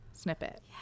snippet